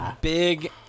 Big